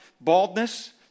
baldness